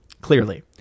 Clearly